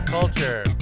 Culture